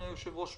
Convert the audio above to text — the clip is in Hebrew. אדוני היושב-ראש,